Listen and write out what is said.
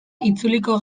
itzuliko